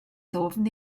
ddwfn